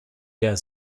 der